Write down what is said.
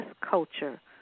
culture